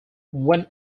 when